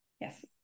yes